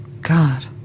God